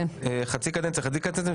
חצי קדנציה וחצי קדנציה.